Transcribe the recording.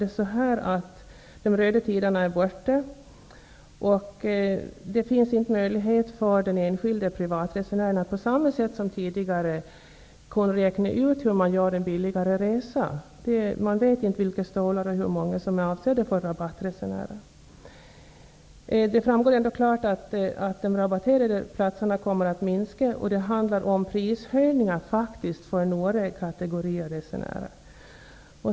De röda avgångarna är borta, och det finns inte möjlighet för den enskilde privatresenären att på samma sätt som tidigare räkna ut hur man gör en billig resa. Man vet inte hur många platser som är avsedda för rabattresenärer. Det framgår ändå klart att antalet rabatterade platser kommer att minska. Det handlar faktiskt om prishöjningar för några kategorier resenärer.